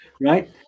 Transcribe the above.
right